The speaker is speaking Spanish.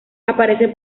aparece